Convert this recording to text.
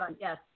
Yes